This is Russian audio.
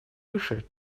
выше